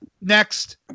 next